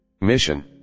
mission